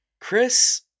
Chris